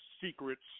secrets